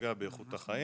פוגע באיכות החיים.